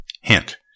Hint